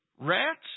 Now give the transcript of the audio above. rats